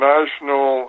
National